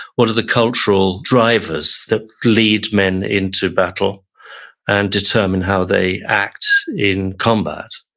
what are the cultural drivers that lead men into battle and determine how they act in combat?